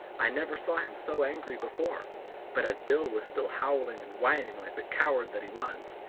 i never saw him so angry before but as bill was still howling and whining, like the coward that he was,